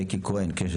בקי קשת,